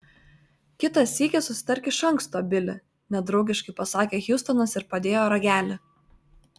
kitą sykį susitark iš anksto bili nedraugiškai pasakė hjustonas ir padėjo ragelį